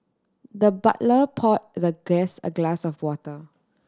the butler pour the guest a glass of water